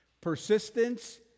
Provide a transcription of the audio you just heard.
Persistence